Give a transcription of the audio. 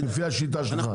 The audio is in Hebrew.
לפי השיטה שלך.